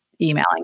emailing